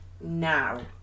now